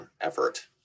effort